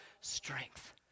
strength